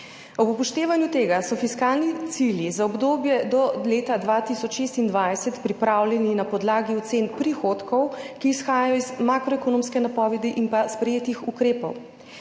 Ob upoštevanju tega so fiskalni cilji za obdobje do leta 2026 pripravljeni na podlagi ocen prihodkov, ki izhajajo iz makroekonomske napovedi in pa sprejetih ukrepov.